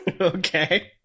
Okay